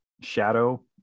shadow